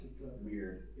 weird